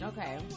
Okay